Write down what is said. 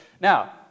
Now